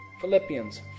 Philippians